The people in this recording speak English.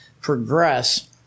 progress